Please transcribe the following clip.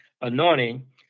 anointing